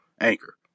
Anchor